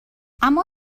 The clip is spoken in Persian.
اما